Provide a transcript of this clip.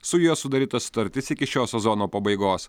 su juo sudaryta sutartis iki šio sezono pabaigos